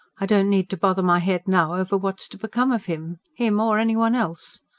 i don't need to bother my head now over what's to become of him. him or anyone else.